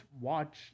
watch